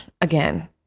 again